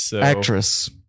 Actress